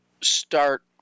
start